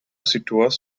situas